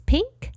Pink